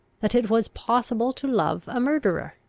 that it was possible to love a murderer,